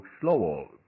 slower